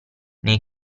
nei